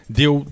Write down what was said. deu